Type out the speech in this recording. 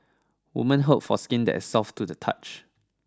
women hope for skin that is soft to the touch